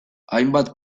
hainbat